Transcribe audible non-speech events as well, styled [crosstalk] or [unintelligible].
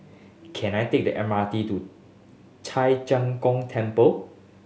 can I take the M R T to [unintelligible] Zheng Gong Temple